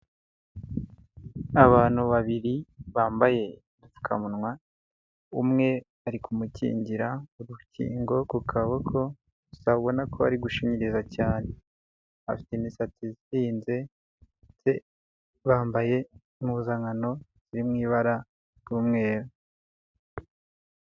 Abantu babiri bambaye udupfukamunwa, umwe ari kumukingira urukingo ku kaboko gusa ubona ko ari gushinyiriza cyane, afite imisatsi izinze ndetse bambaye impuzankano iri mu ibara ry'umweru.